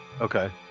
Okay